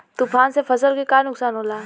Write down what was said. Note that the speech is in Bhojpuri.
तूफान से फसल के का नुकसान हो खेला?